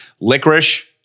Licorice